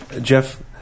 Jeff